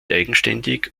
eigenständig